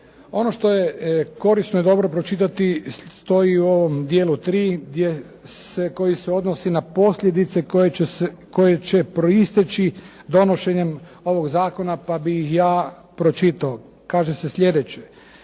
Ono što je korisno i dobro pročitati stoji u ovom dijelu tri koji se odnosi na posljedice koje će proisteći donošenjem ovog zakona pa bi ih ja pročitao. Kaže se slijedeće: